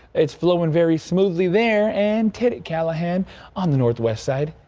it's flowing very smoothly there and to to callahan on the northwest side.